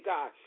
God